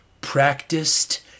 practiced